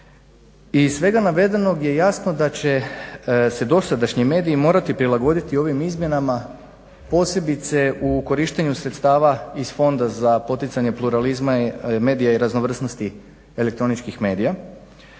Iz svega navedenog je jasno da će se dosadašnji mediji morati prilagoditi ovim izmjenama, posebice u korištenju sredstava iz fondova za poticanje pluralizma, medija i raznovrsnosti elektroničkih medija